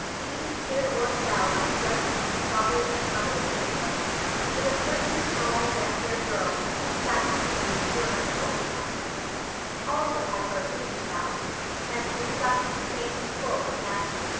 these stood or fell by the judgment of the fathers and mothers in israel but a certain small, red-haired girl who sat meekly in the corner of the old cuthbert pew also had her opinions about them and discussed the same in full with matthew,